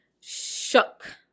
shook